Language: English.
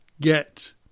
get